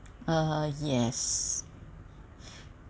uh yes